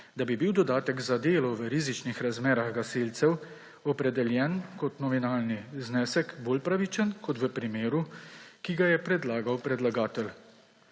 da bi bil dodatek za delo v rizičnih razmerah gasilcev opredeljen kot nominalni znesek bolj pravičen kot v primeru, ki ga je predlagal predlagatelj.